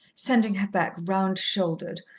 sendin' her back round-shouldered,